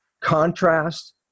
contrast